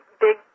big